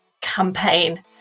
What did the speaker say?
campaign